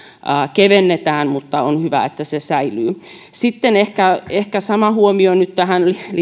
kevennetään mutta on hyvä että poljin säilyy sitten ehkä ehkä huomio liittyen